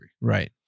Right